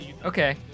Okay